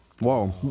Whoa